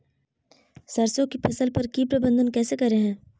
सरसों की फसल पर की प्रबंधन कैसे करें हैय?